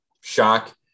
shock